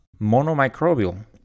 monomicrobial